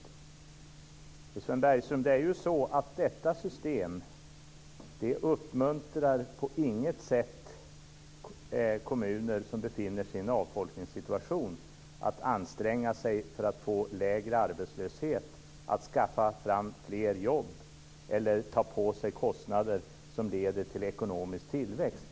Det är ju så, Sven Bergström, att detta system på inget sätt uppmuntrar kommuner som befinner sig i en avfolkningssituation att anstränga sig för att få lägre arbetslöshet, skaffa fram fler jobb eller ta på sig kostnader som leder till ekonomisk tillväxt.